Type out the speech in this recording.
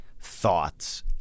thoughts